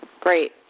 Great